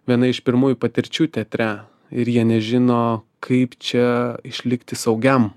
viena iš pirmųjų patirčių teatre ir jie nežino kaip čia išlikti saugiam